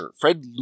Fred